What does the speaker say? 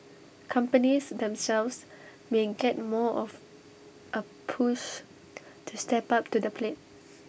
companies themselves may get more of A push to step up to the plate